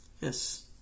Yes